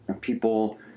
people